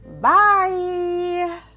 Bye